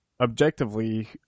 objectively